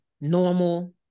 normal